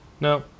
No